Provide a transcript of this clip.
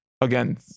again